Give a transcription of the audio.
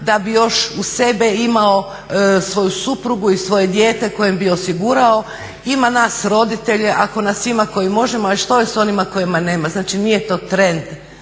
da bi još uz sebe imao svoju suprugu i svoje dijete kojem bi osigurao. Ima nas roditelje, ako nas ima koji možemo a što je sa onima koji nemaju. Znači nije to trend,